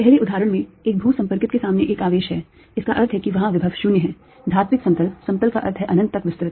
पहले उदाहरण में एक भू संपर्कित के सामने एक आवेश है इसका अर्थ है कि वहां विभव 0 है धात्विक समतल समतल का अर्थ है अनंत तक विस्तृत